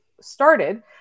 started